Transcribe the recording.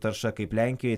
tarša kaip lenkijoj